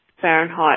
Fahrenheit